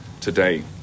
today